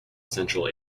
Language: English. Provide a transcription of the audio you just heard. central